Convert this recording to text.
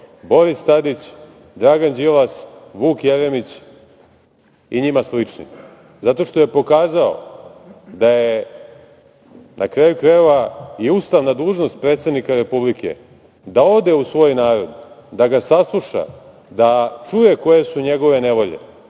Boris Tadić, Dragan Đilas, Vuk Jeremić i njima slični, zato što je pokazao da je, na kraju krajeva, i ustavna dužnost predsednika Republika da ode u svoj narod, da ga sasluša, da čuje koje su njegove nevolje